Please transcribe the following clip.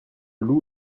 loup